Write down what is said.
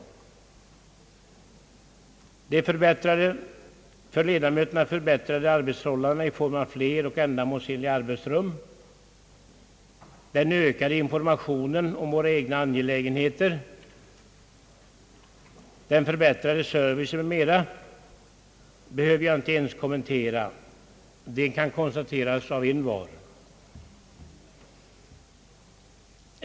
De förbättrade arbetsförhållandena för ledamöterna i form av fler och ändamålsenliga arbetsrum, den ökade informationen om våra egna angelägenheter, den förbättrade servicen m.m. behöver jag inte ens kommentera — allt detta kan konstateras av envar.